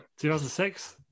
2006